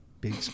big